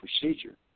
procedure